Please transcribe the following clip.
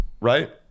Right